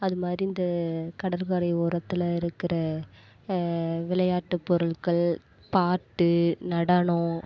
அது மாதிரி இந்த கடற்கரை ஓரத்தில் இருக்கிற விளையாட்டு பொருள்கள் பாட்டு நடனம்